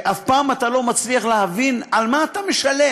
אף פעם אתה לא מצליח להבין על מה אתה משלם